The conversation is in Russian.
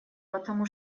потому